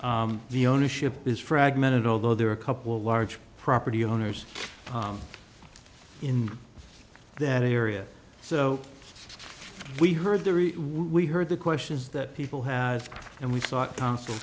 view ownership is fragmented although there are a couple of large property owners in that area so we heard the we heard the questions that people had and we thought constantly